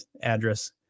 address